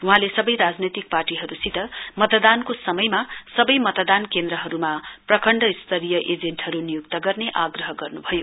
वहाँले सबै राजनैतिक पार्टीहरुसित मतदानको समयमा सबै मतदान केन्द्रहरुमा प्रखण्ड स्तरीय एजेन्टहरु नियुक्त गर्ने आग्रह गर्न्भयो